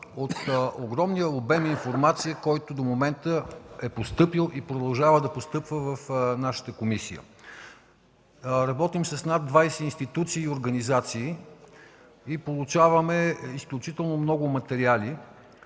от огромния обем информация, който до момента е постъпил и продължава да постъпва в нашата комисия. Работим с над 20 институции и организации и получаваме изключително много материали.